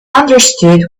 understood